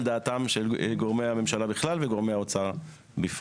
דעתם של גורמי הממשלה בכלל וגורמי האוצר בפרט.